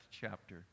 chapter